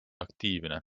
aktiivne